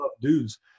dudes